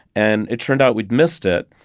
and it turned out, we'd missed it.